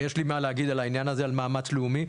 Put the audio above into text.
ויש לי מה להגיע על העניין הזה, על מאמץ לאומי.